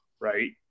right